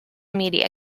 media